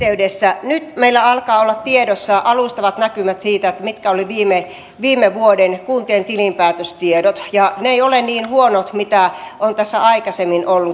nyt meillä alkavat olla tiedossa alustavat näkymät siitä mitkä olivat viime vuoden kuntien tilinpäätöstiedot ja ne eivät ole niin huonot kuin mitä on tässä aikaisemmin ollut